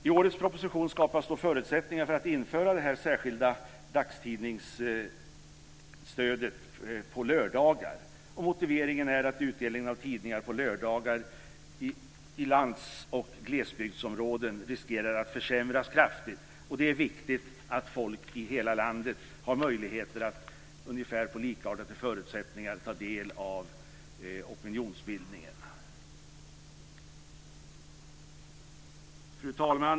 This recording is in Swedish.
I årets proposition skapas förutsättningar för att införa ett särskilt stöd för dagstidningsutgivning på lördagar. Motiveringen är att utdelningen av tidningar på lördagar inom landsbygds och glesbygdsområden riskerar att försämras kraftigt. Det är viktigt att folk i hela landet har möjligheter att under ungefär likartade förutsättningar ta del av opinionsbildningen. Fru talman!